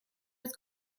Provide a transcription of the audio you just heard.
het